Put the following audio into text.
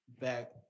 back